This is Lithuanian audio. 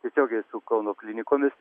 tiesiogiai su kauno klinikomis